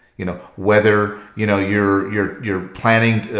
you know whether you know your your your planning,